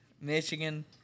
Michigan –